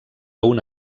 una